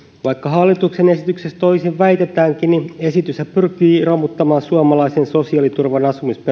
vaikka hallituksen esityksestä toisin väitetäänkin esityshän pyrkii romuttamaan suomalaisen sosiaaliturvan